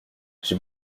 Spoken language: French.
j’ai